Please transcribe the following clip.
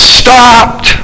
stopped